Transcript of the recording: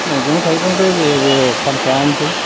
मैगं थाइगंथ' जेबो फानखायानोसै